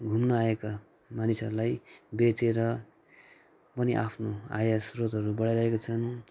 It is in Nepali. घुम्नआएका मानिसहरूलाई बेचेर पनि आफ्नो आयस्रोतहरू बढाइरहेका छन्